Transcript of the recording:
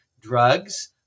drugs